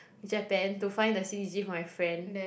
Japan to find the c_d_g for my friend